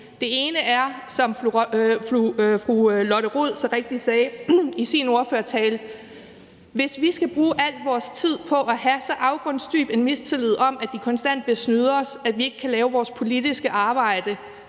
Det ene er, som fru Lotte Rod så rigtigt sagde i sin ordførertale, at hvis vi skal bruge al vores tid på at have så afgrundsdyb en mistillid og tro, at de konstant vil snyde os, at vi ikke kan lave vores politiske arbejde,